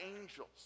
angels